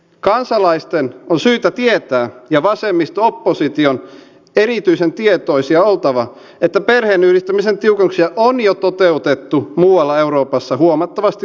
kansalaisten on syytä tietää ja vasemmisto opposition erityisen tietoisia oltava että perheenyhdistämisen tiukennuksia on jo toteutettu muualla euroopassa huomattavasti laajemmin